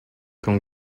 con